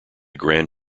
grand